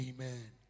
Amen